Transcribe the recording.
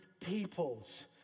peoples